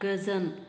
गोजोन